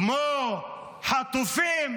כמו חטופים,